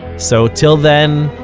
so till then,